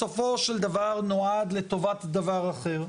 בסופו של דבר, נועד לטובת דבר אחר.